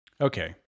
Okay